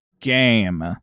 game